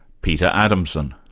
peter adamson.